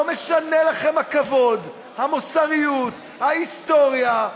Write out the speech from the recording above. לא משנה לכם הכבוד, המוסריות, ההיסטוריה.